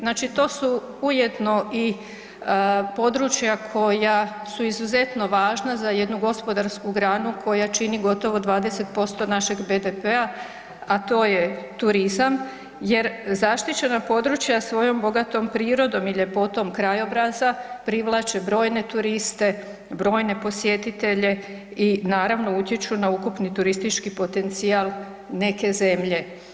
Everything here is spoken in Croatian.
Znači, to su ujedno i područja koja su izuzetno važna za jednu gospodarsku granu koja čini gotovo 20% našeg BDP-a, a to je turizam jer zaštićena područja svojom bogatom prirodom i ljepotom krajobraza privlače brojne turiste, brojne posjetitelje i naravno utječu na ukupni turistički potencijal neke zemlje.